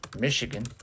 Michigan